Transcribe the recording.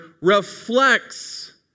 reflects